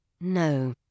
No